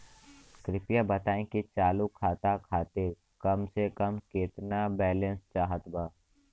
कृपया बताई कि चालू खाता खातिर कम से कम केतना बैलैंस चाहत बा